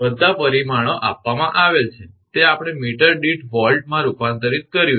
બધા પરિમાણો આપવામાં આવેલ છે તે આપણે મીટર દીઠ વોલ્ટ માં રૂપાંતરિત કર્યું છે